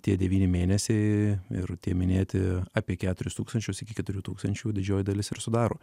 tie devyni mėnesiai ir tie minėti apie keturis tūkstančius iki keturių tūkstančių didžioji dalis ir sudaro